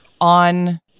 on